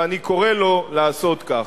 ואני קורא לו לעשות כך.